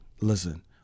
listen